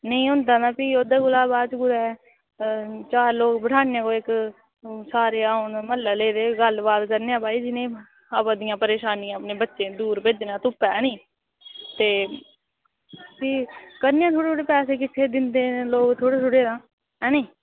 नेईं होंदा ता भी ओह्दे कोला बाद कुतै चार लोक बठाह्न्ने आं सारे औन म्हल्ले आह्ले ते गल्ल बात करने आं भई जि'नें ई आवै दियां परेशानियां अपने बच्चे दूर भेजने धुप्पा ऐह्नी ते फ्ही करने आं थोह्ड़े थोह्ड़े पैसे किट्ठे दिंदे लोक थोह्ड़े थोह्ड़े तां ऐह्नी